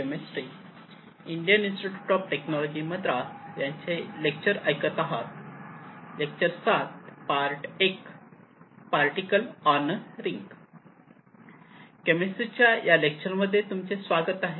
केमिस्ट्रीच्या या लेक्चर मध्ये तुमचे स्वागत आहे